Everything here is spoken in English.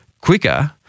quicker